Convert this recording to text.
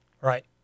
Right